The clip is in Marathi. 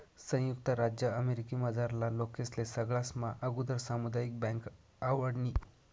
संयुक्त राज्य अमेरिकामझारला लोकेस्ले सगळास्मा आगुदर सामुदायिक बँक आवडनी